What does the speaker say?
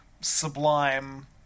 sublime